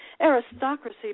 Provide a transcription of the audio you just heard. aristocracy